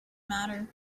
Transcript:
matter